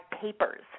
papers